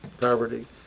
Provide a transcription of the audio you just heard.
poverty